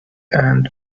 and